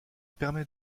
permet